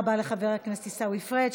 תודה רבה לחבר הכנסת עיסאווי פריג'.